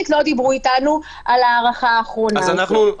דיברו איתנו על ההארכה האחרונה הזאת.